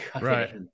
Right